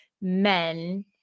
men